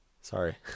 Sorry